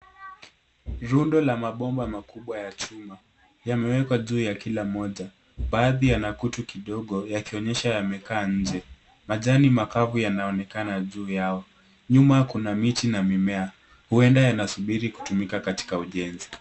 Rundo la mabomba makubwa ya chuma yameekwa juu ya kila moja, baadhi yana kutu kidogo yakionyesha yamekaa nje. Majani makavu yanaonekana juu yao. Nyuma kuna miti na mimea, huenda yanasubiri kutumika katika ujenzi.